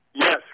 Yes